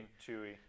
chewy